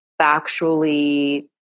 factually